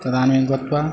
तदानीं गत्वा